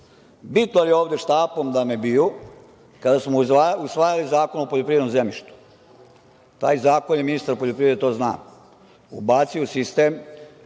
vitlali ovde štapom da me biju kada smo usvajali Zakon o poljoprivrednom zemljištu. Taj zakon je, i ministar poljoprivrede to zna, ubacio u sistem